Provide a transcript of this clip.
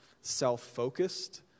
self-focused